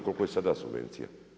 Koliko je sada subvencija?